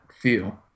feel